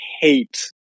Hate